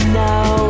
now